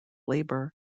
labor